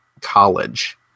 college